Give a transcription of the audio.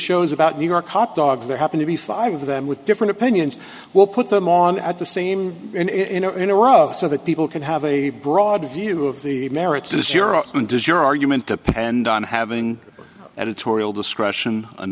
shows about new york hot dogs there happen to be five of them with different opinions we'll put them on at the same in a row so that people can have a broad view of the merits of the syrup and does your argument depend on having editorial discretion in